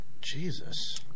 Jesus